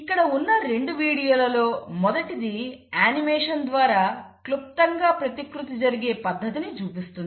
ఇక్కడ ఉన్న రెండు వీడియోలలో మొదటిది యానిమేషన్ ద్వారా క్లుప్తంగా ప్రతికృతి జరిగే పద్ధతిని చూపిస్తుంది